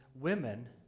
women